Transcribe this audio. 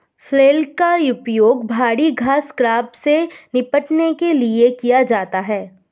flail का उपयोग भारी घास स्क्रब से निपटने के लिए किया जाता है